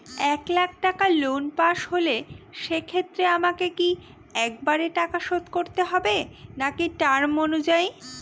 এক লাখ টাকা লোন পাশ হল সেক্ষেত্রে আমাকে কি একবারে টাকা শোধ করতে হবে নাকি টার্ম অনুযায়ী?